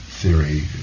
theory